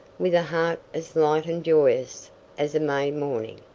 with a heart as light and joyous as a may morning,